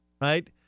right